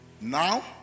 Now